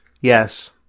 Yes